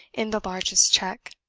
in the largest check.